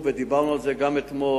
דיברנו על זה גם אתמול,